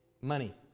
money